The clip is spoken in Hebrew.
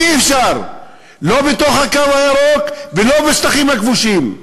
אי-אפשר, לא בתוך הקו הירוק ולא בשטחים הכבושים.